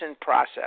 process